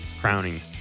crowning